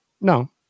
No